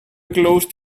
closed